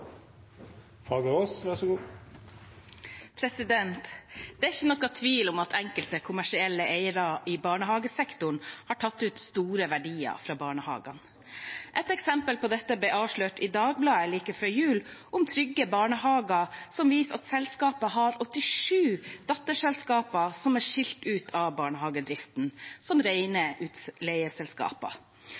Det er ingen tvil om at enkelte kommersielle eiere i barnehagesektoren har tatt ut store verdier fra barnehagene. Et eksempel på dette ble avslørt i en sak i Dagbladet like før jul, om Trygge Barnehager, som viser at selskapet har 87 datterselskaper som er skilt ut av barnehagedriften som rene utleieselskaper.